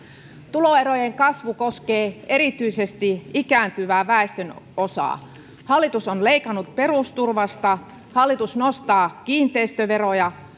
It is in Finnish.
tuloerojen kasvu koskee erityisesti ikääntyvää väestönosaa hallitus on leikannut perusturvasta hallitus nostaa kiinteistöveroja